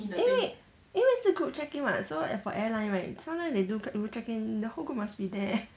因为因为是 group check-in [what] so for airline right sometimes they do group check-in the whole group must be there